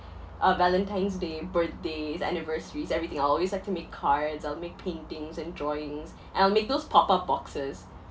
uh valentine's day birthdays anniversaries everything I always like to make cards I'll make paintings and drawings and I'll make those pop up boxes